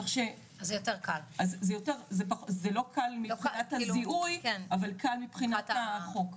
אז זה לא קל מבחינת הזיכוי אבל קל מבחינת החוק.